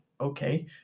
okay